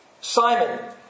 Simon